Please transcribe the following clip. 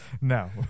No